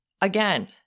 again